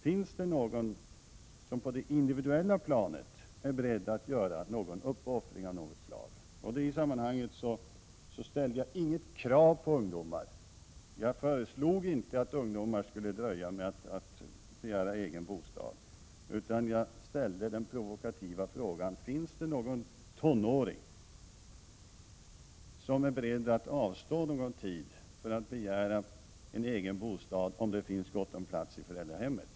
Finns det någon som på det individuella planet är beredd att göra uppoffringar av något slag? I det sammanhanget har jag inte ställt några krav på ungdomar. Jag föreslog inte att ungdomar skulle dröja med att begära egen bostad, utan jag ställde den provokativa frågan: Finns det någon tonåring som är beredd att avstå under någon tid från att begära egen bostad, om det finns gott om plats i föräldrahemmet?